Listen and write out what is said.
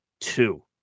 Two